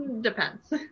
Depends